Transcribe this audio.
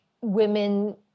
women